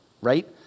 right